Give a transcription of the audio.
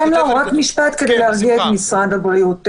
משרד הבריאות.